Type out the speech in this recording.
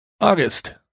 August